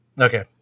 okay